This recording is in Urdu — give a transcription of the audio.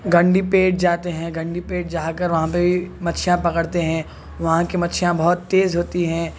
گنڈی پیٹ جاتے ہیں گنڈی پیٹ جا کر وہاں پہ مچھیاں پکڑتے ہیں وہاں کی مچھلیاں بہت تیز ہوتی ہیں